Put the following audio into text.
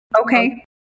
Okay